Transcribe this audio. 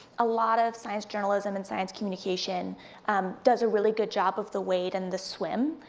a lot of science journalism and science communication um does a really good job of the wade and the swim,